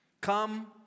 Come